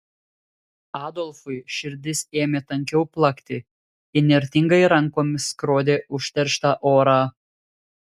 adolfui širdis ėmė tankiau plakti įnirtingai rankomis skrodė užterštą orą